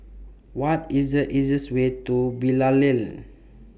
What IS The easiest Way to Bilal Lane